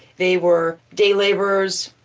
they were day laborers,